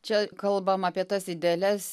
čia kalbam apie tas idealias